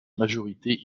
majorité